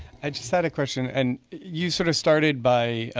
i just had a question. and you sort of started by